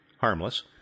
Harmless